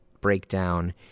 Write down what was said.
breakdown